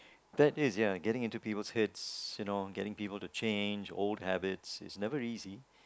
that is ya getting into peoples' heads you know getting people to change old habits is never easy